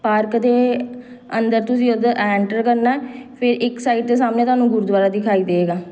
park ਦੇ ਅੰਦਰ ਤੁਸੀਂ ਉਹਦੇ ਐਂਟਰ ਕਰਨਾ ਫਿਰ ਇੱਕ ਸਾਈਡ 'ਤੇ ਸਾਹਮਣੇ ਤੁਹਾਨੂੰ ਗੁਰਦੁਆਰਾ ਦਿਖਾਈ ਦੇਵੇਗਾ